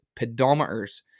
pedometers